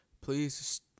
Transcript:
Please